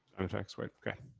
dfx white. okay.